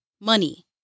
money